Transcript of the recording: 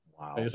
Wow